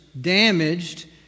damaged